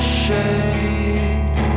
shade